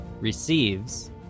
Receives